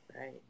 right